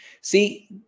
See